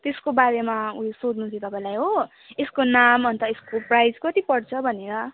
त्यसको बारेमा उयो सोध्नु थियो तपाईँलाई हो यसको नाम अन्त यसको प्राइस कति पर्छ भनेर